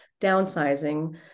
downsizing